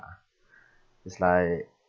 is like